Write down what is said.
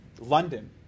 London